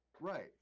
Right